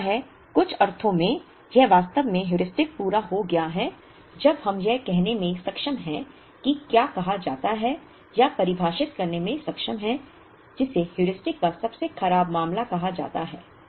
हो सकता है कुछ अर्थों में यह वास्तव में हेयुरिस्टिक पूरा हो गया है जब हम यह कहने में सक्षम हैं कि क्या कहा जाता है या परिभाषित करने में सक्षम है जिसे हेयुरिस्टिक का सबसे खराब मामला कहा जाता है